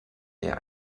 eher